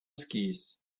skis